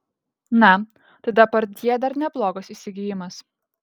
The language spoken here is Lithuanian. na tai depardjė dar neblogas įsigijimas